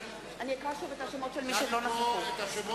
שוב את שמות אלה שלא הצביעו.